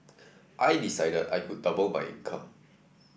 I decided I could double my income